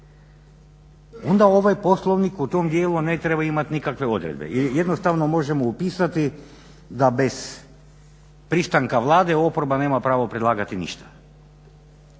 onda ovaj Poslovnik u tom dijelu ne bi trebao imati nikakve odredbe. Ili jednostavno možemo upisati da bez pristanka Vlade oporba nema pravo predlagati ništa.